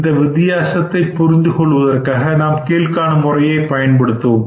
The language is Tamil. இந்த வித்தியாசத்தைப் புரிந்து கொள்வதற்காக நாம் கீழ் காணும் முறையை பயன்படுத்துவோம்